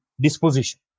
disposition